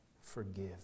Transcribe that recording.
forgive